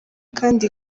kandi